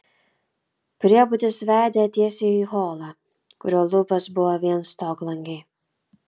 priebutis vedė tiesiai į holą kurio lubos buvo vien stoglangiai